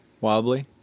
Wobbly